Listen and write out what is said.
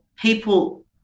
People